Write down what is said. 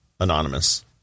anonymous